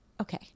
okay